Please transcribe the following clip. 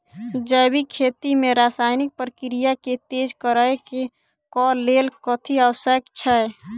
जैविक खेती मे रासायनिक प्रक्रिया केँ तेज करै केँ कऽ लेल कथी आवश्यक छै?